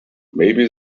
maybe